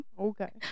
Okay